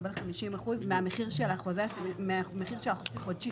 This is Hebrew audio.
ולקבל 50% מהמחיר של החודשי חופשי.